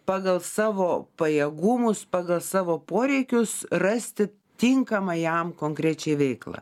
pagal savo pajėgumus pagal savo poreikius rasti tinkamą jam konkrečiai veiklą